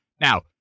Now